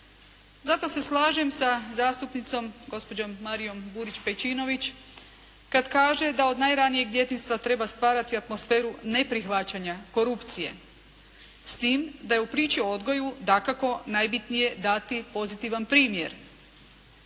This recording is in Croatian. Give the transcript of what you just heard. Zato se slažem sa zastupnicom gospođom Marijom Burić-Pejčinović kad kaže da od najranijeg djetinjstva treba stvarati atmosferu neprihvaćanja korupcije s tim da je u priči o odgoju dakako najbitnije dati pozitivan primjer.